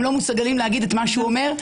הם לא מסוגלים להגיד את מה שהוא אומר,